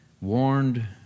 warned